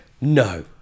no